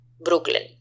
brooklyn